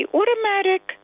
automatic